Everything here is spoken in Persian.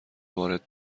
وارد